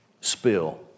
spill